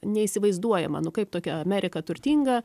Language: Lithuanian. neįsivaizduojama nu kaip tokia amerika turtinga